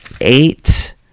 eight